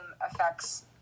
affects